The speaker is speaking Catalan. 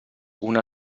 una